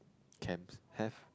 camps have